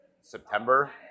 September